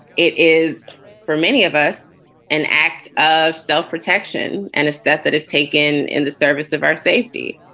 it is for many of us an act of self-protection and a step that is taken in the service of our safety.